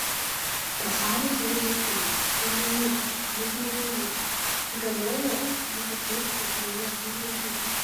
pasaulis turi likimą ir ne mūsų net ne dievų galioje jį pakeisti juolab jį valdyti